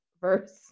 verse